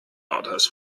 others